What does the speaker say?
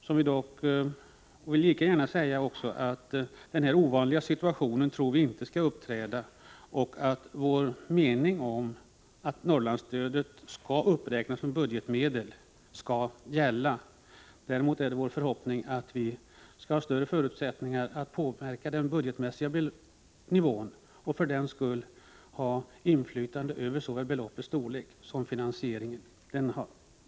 Jag vill också säga att vi inte tror att den här ovanliga situationen skall uppträda ofta. Vår uppfattning att Norrlandsstödet skall uppräknas via budgetmedel gäller. Däremot är det vår förhoppning att vi skall ha större förutsättningar att påverka den budgetmässiga nivån och att vi skall ha inflytande över såväl beloppets storlek som över finansieringen.